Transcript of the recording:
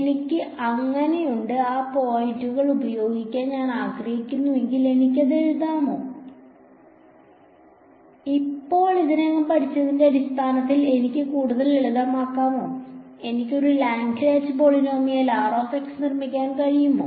എനിക്ക് അങ്ങനെയുണ്ട് ആ N പോയിന്റുകൾ ഉപയോഗിക്കാൻ ഞാൻ ആഗ്രഹിക്കുന്നുവെങ്കിൽ എനിക്ക് ഇത് എഴുതാമോ നമ്മൾ ഇതിനകം പഠിച്ചതിന്റെ അടിസ്ഥാനത്തിൽ എനിക്ക് ഇത് കൂടുതൽ ലളിതമാക്കാമോ എനിക്ക് ഒരു Lagrange പോളിനോമിയൽ നിർമ്മിക്കാൻ കഴിയുമോ